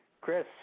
Chris